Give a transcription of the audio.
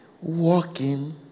Walking